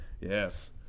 Yes